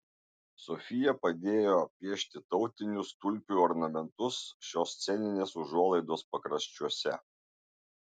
sofija padėjo piešti tautinius tulpių ornamentus šios sceninės užuolaidos pakraščiuose